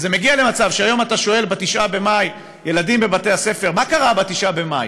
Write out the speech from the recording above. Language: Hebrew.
זה מגיע למצב שאם היום אתה שואל ילדים בבתי-הספר: מה קרה ב-9 במאי?